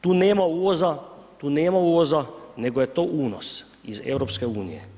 Tu nema uvoza, tu nema uvoza nego je to unos iz EU.